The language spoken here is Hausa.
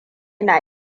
na